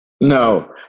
No